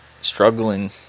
struggling